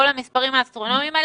כל המספרים האסטרונומיים האלה.